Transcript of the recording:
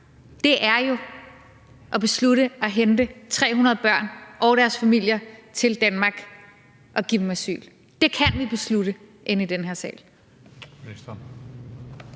er jo at hente 300 børn og deres familier til Danmark og give dem asyl. Det kan vi beslutte i den her sal.